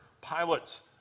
pilots